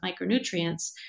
micronutrients